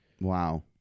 Wow